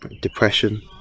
depression